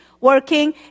working